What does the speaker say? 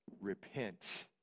Repent